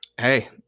hey